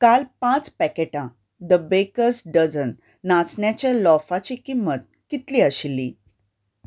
काल पांच पॅकेटां द बेकर्स डझन नाचण्याच्या लॉफाची किमत कितली आशिल्ली